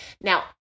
Now